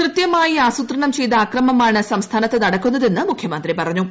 കൃത്യമായി ആസൂത്രണം ചെയ്ത അക്രമമാണ് സംസ്ഥാനത്ത് നടക്കുന്നതെന്ന് മുഖ്യമന്ത്രി പറഞ്ഞു